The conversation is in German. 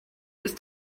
ist